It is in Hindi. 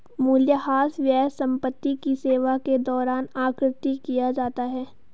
मूल्यह्रास व्यय संपत्ति की सेवा के दौरान आकृति किया जाता है